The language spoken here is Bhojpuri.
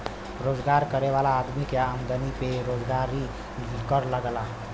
रोजगार करे वाला आदमी के आमदमी पे रोजगारी कर लगला